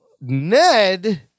Ned